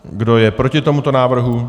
Kdo je proti tomuto návrhu?